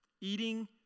eating